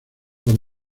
los